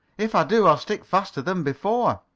if i do, i'll stick faster than before.